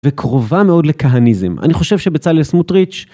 וקרובה מאוד לכהניזם, אני חושב שבצלאל מוטריץ',